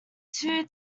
two